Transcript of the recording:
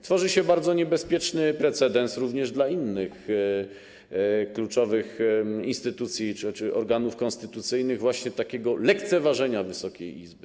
Tworzy się bardzo niebezpieczny precedens również dla innych kluczowych instytucji czy organów konstytucyjnych właśnie takiego lekceważenia Wysokiej Izby.